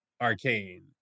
Arcane